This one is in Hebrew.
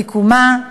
מיקומה,